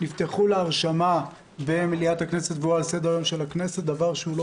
נפתחו להרשמה במליאת הכנסת ועל סדר היום של הכנסת דבר שלא